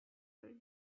for